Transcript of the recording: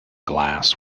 glass